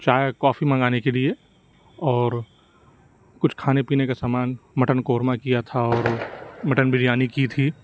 چائے کافی منگانے کے لیے اور کچھ کھانے پینے کا سامان مٹن قورمہ کیا تھا اور مٹن بریانی کی تھی